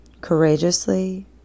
courageously